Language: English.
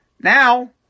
Now